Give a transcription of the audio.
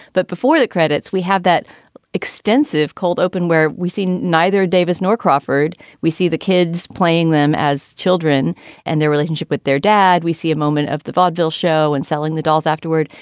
but before the credits, we have that extensive cold open where we've seen neither davis nor crawford. we see the kids playing them as children and their relationship with their dad. we see a moment of the vaudeville show and selling the dolls afterward.